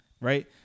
right